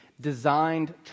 designed